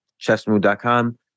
chessmood.com